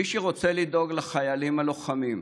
מי שרוצה לדאוג לחיילים הלוחמים,